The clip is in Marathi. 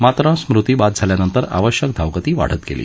मात्र स्मृती बाद झाल्यानंतर आवश्यक धावगती वाढत गेली